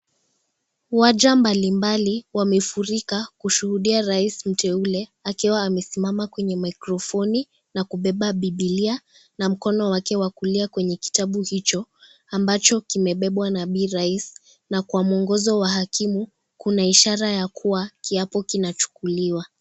Waja mbalimbali wamefurika, kushuhudia raisi mteule akiwa amesimama kwenye maikrofoni na kubeba Bibilia na mkono wake wa kulia kwenye kitabu hicho, ambacho kimebebwa na Bi raisi na kwa mwongozo wa hakimu, kuna ishara ya kuwa kiapo kinachukuliwa.